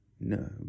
No